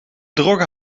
droge